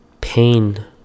Pain